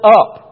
up